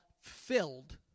filled